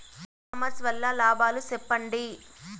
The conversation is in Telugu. ఇ కామర్స్ వల్ల లాభాలు సెప్పండి?